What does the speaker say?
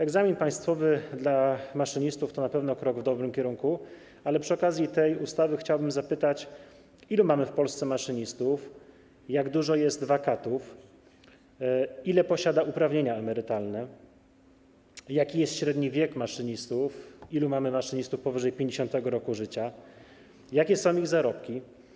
Egzamin państwowy dla maszynistów to na pewno krok w dobrym kierunku, ale przy okazji tej ustawy chciałbym zapytać, ilu mamy w Polsce maszynistów, jak dużo jest wakatów, ilu maszynistów posiada uprawnienia emerytalne, jaki jest średni wiek maszynisty, ilu mamy maszynistów powyżej 50. roku życia, jakie są ich zarobki.